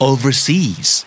Overseas